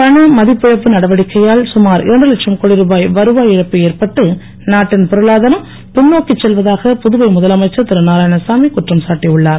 பண மதிப்பிழப்பு நடவடிக்கையால் சுமார் உ லட்சம் கோடி ருபாய் வருவாய் இழப்பு ஏற்பட்டு நாட்டின் பொருளாதாரம் பின்நோக்கி செல்வதாக புதுவை முதலமைச்சர் திரு நாராயணசாமி குற்றம் சாட்டி உள்ளார்